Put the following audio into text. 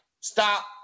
stop